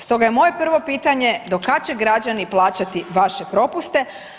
Stoga je moje prvo pitanje do kad će građani plaćati vaše propuste?